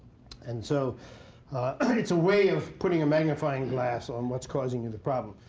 and so i mean it's a way of putting a magnifying glass on what's causing and the problem.